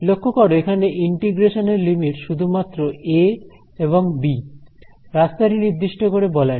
লক্ষ্য করো এখানে ইন্টিগ্রেশন এর লিমিট শুধুমাত্র এ এবং বি রাস্তাটি নির্দিষ্ট করে বলা নেই